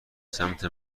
سمت